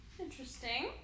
Interesting